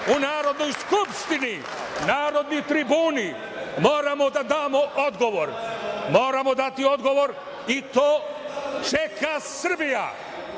u Narodnoj skupštini, narodni tribuni, moramo da damo odgovor, moramo dati odgovor i to čeka Srbija.